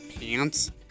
pants